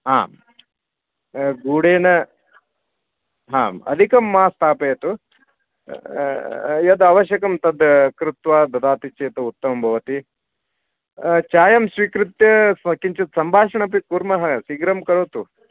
आम् गुडेन आम् अधिकं मा स्थापयतु यद् आवश्यकं तद् कृत्वा ददाति चेत् उत्तमं भवति चायं स्वीकृत्य किञ्चित् सम्भाषणपि कुर्मः शीघ्रं करोतु